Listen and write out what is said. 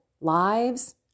lives